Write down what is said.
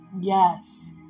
Yes